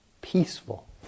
peaceful